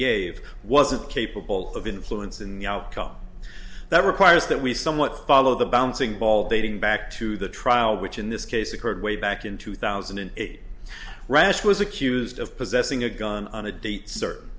gave wasn't capable of influence in the outcome that requires that we somewhat follow the bouncing ball dating back to the trial which in this case occurred way back in two thousand and eight rashed was accused of possessing a gun on a date certain